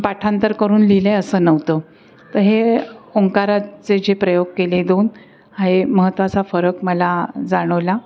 पाठांतर करून लिहिले असं नव्हतं तं हे ओंकाराचे जे प्रयोग केले दोन हाही महत्त्वाचा फरक मला जाणवला